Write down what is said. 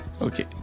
Okay